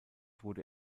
wurde